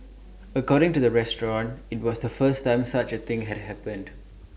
according to the restaurant IT was the first time such A thing had happened